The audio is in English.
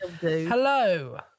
Hello